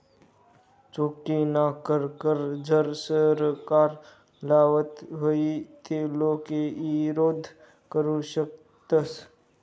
चुकीनाकर कर जर सरकार लावत व्हई ते लोके ईरोध करु शकतस